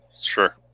Sure